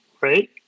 right